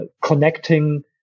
connecting